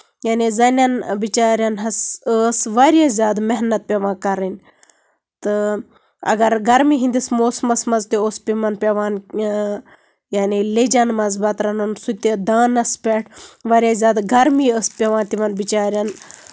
یعنی زَنٮ۪ن بِچارین حظ ٲس واریاہ زیادٕ محنت پیٚوان کَرٕنۍ تہٕ اَگر گرمی ہِنٛدِس موسمَس منٛز تہِ اوس تِمن پیٚوان یعنی لیجَن منٛز بَتہٕ رَنُن سُہ تہِ دانَس پٮ۪ٹھ واریاہ زیادٕ گرمی ٲس پیٚوان تِمن بِچارین